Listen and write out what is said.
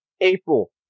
April